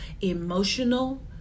emotional